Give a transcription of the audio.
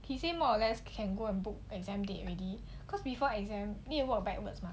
he say more or less can go and book exam date already cause before exam need to walk backwards mah